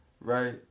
Right